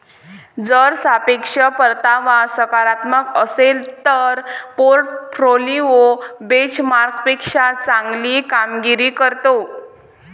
जर सापेक्ष परतावा सकारात्मक असेल तर पोर्टफोलिओ बेंचमार्कपेक्षा चांगली कामगिरी करतो